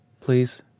please